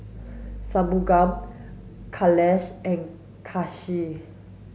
Shunmugam Kailash and Kanshi